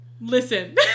listen